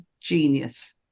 genius